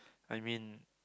I mean